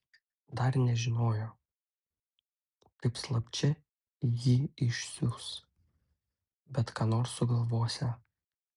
dar nežinojo kaip slapčia jį išsiųs bet ką nors sugalvosią